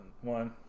one